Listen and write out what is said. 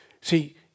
See